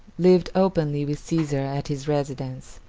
lived openly with caesar at his residence,